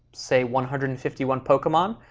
say, one hundred and fifty one pokemon,